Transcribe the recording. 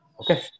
Okay